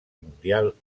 mundial